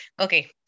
okay